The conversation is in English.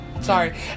Sorry